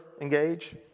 engage